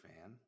fan